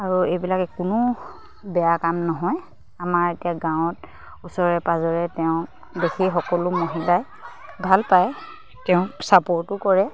আৰু এইবিলাক কোনো বেয়া কাম নহয় আমাৰ এতিয়া গাঁৱত ওচৰে পাঁজৰে তেওঁক দেখি সকলো মহিলাই ভাল পায় তেওঁক চাপৰ্টো কৰে